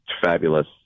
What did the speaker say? fabulous